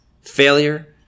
failure